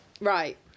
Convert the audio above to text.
Right